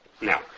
Now